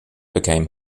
became